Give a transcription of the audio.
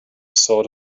sort